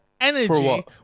energy